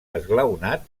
esglaonat